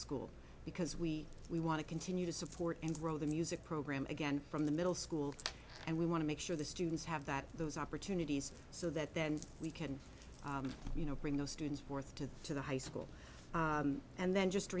school because we we want to continue to support and grow the music program again from the middle school and we want to make sure the students have that those opportunities so that then we can you know bring those students forth to the to the high school and then just